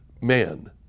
Man